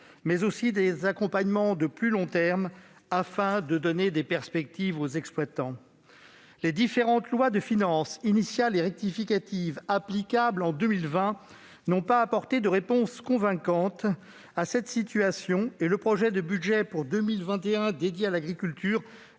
mais aussi des accompagnements de plus long terme, pour donner des perspectives aux exploitants ? Les différentes lois de finances, initiale et rectificatives, applicables en 2020 n'ont pas apporté de réponses convaincantes à cette situation et le projet de budget pour 2021 dédié à la mission